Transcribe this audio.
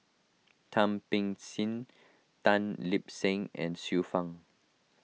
Thum Ping Tjin Tan Lip Seng and Xiu Fang